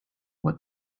what